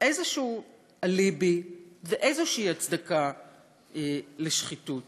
איזה אליבי ואיזו הצדקה לשחיתות.